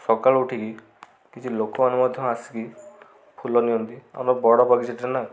ସକାଳୁ ଉଠିକି କିଛି ଲୋକମାନେ ମଧ୍ୟ ଆସିକି ଫୁଲ ନିଅନ୍ତି ଆମର ବଡ଼ ବଗିଚାଟେ ନା